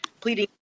pleading